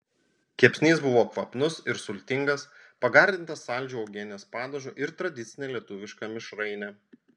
kepsnys buvo kvapnus ir sultingas pagardintas saldžiu uogienės padažu ir tradicine lietuviška mišraine